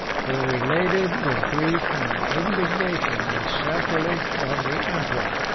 who related with grief and indignation the sacrilege of the emperor.